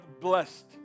blessed